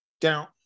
down